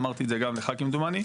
אמרתי את זה גם לך כמדומני.